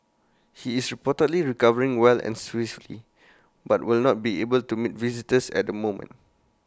he is reportedly recovering well and swiftly but will not be able to meet visitors at the moment